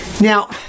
Now